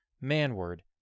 manward